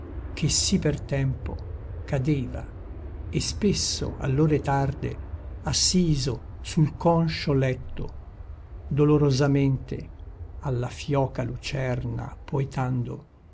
che sì per tempo cadeva e spesso all'ore tarde assiso sul conscio letto dolorosamente alla fioca lucerna poetando